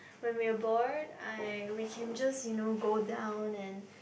when we're bored I we can just you know go down and